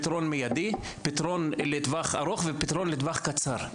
פתרון מידי, פתרון לטווח ארוך ופתרון לטווח קצר.